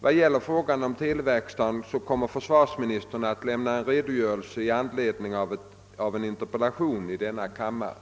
Vad gäller frågan om televerkstaden kommer försvarsministern att lämna en redogörelse i anledning av en interpellation i denna kammare.